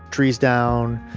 trees down,